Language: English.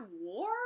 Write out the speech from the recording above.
War